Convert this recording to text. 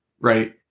Right